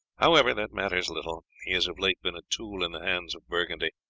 however, that matters little. he has of late been a tool in the hands of burgundy,